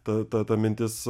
ta ta ta mintis